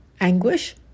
anguish